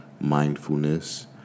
mindfulness